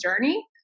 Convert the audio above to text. journey